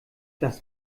das